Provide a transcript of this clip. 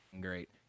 Great